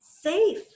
safe